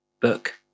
book